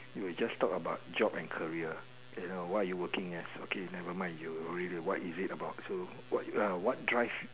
you will just talk about job and career you know what are you working as okay never mind you already what is it about so what you like what drives